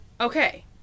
Okay